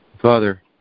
Father